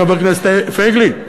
חבר כנסת פייגלין,